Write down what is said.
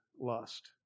lust